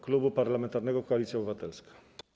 Klubu Parlamentarnego Koalicja Obywatelska.